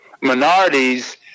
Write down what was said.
minorities